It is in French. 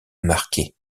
marqué